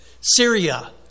Syria